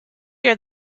year